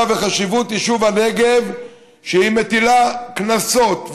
ועל חשיבות יישוב הנגב כשהיא מטילה קנסות,